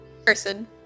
Person